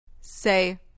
Say